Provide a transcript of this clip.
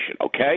okay